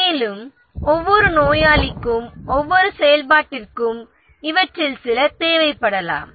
மேலும் ஒவ்வொரு நோயாளிக்கும் ஒவ்வொரு செயல்பாட்டிற்கும் இவற்றில் சில தேவைப்படலாம்